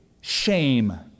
shame